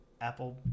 Apple